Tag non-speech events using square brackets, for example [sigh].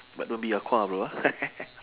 but don't be ah gua ah bro ah [laughs]